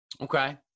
Okay